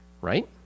Right